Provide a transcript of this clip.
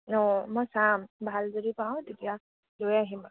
অঁ মই চাম ভাল যদি পাওঁ তেতিয়া লৈ আহিম